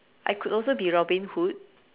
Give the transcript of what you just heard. I could also be Robin Hood